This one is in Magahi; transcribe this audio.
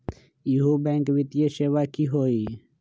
इहु बैंक वित्तीय सेवा की होई?